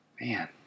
Man